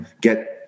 get